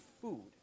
food